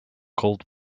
cold